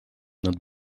над